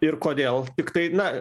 ir kodėl tiktai na